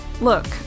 Look